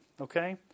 okay